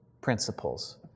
principles